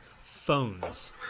PHONES